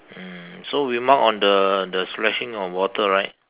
mm so we mark on the the splashing of water right